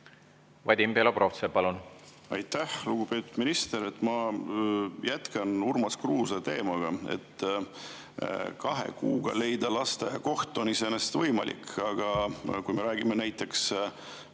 Vadim Belobrovtsev, palun! Aitäh, lugupeetud minister! Ma jätkan Urmas Kruuse teemat. Kahe kuuga leida lasteaiakoht on iseenesest võimalik, aga kui me räägime näiteks